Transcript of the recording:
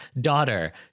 daughter